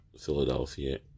Philadelphia